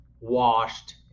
washed